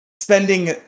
spending